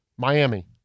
Miami